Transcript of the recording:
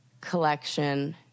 collection